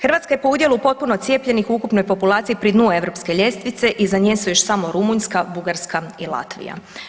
Hrvatska je po udjelu potpuno cijepljenih u ukupnoj populaciji pri dnu europske ljestvice, iza nje su još samo Rumunjska, Bugarska i Latvija.